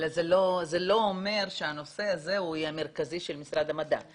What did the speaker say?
אבל זה לא אומר שהנושא הזה יהיה המרכזי של משרד המדע.